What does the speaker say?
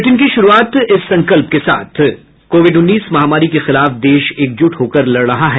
bulletin की शुरूआत से पहले ये संकल्प कोविड उन्नीस महामारी के खिलाफ देश एकजुट होकर लड़ रहा है